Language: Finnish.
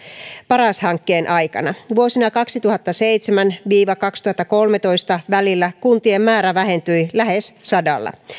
paras hankkeen aikana vuosien kaksituhattaseitsemän viiva kaksituhattakolmetoista välillä kuntien määrä vähentyi lähes sadalla